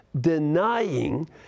denying